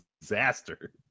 disaster